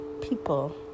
people